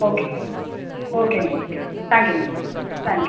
okay ஓகேங்க okay thank you ma'am thank you